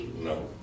No